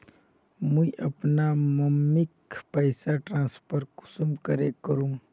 मुई अपना मम्मीक पैसा ट्रांसफर कुंसम करे करूम?